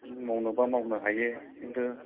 नों मावनोब्ला मावनो हायो खिन्थु